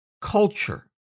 culture